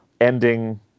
ending